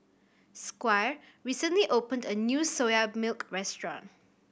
Squire recently opened a new Soya Milk restaurant